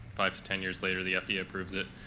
five to ten years later, the fda approves it,